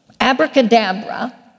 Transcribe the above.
abracadabra